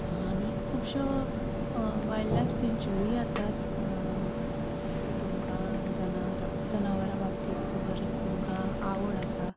आनी खुबश्यो वायल्डलायफ सँच्युरीय आसात तुमकां जनावर जनावरां बाबतींत जर तुमकां आवड आसा